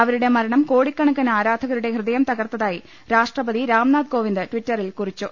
അവരുടെ മരണം കോടിക്കണക്കിന് ആരാധകരുടെ ഹൃദയം തകർത്തായി രാഷ്ട്രപതി രാംനാഥ് കോവിന്ദ് ട്വിറ്ററിൽ കുറിച്ചു